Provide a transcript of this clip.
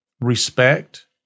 respect